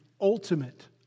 ultimate